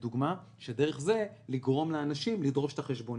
שדרך זה לגרום לאנשים לדרוש את החשבונית.